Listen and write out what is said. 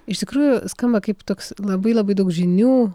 iš tikrųjų skamba kaip toks labai labai daug žinių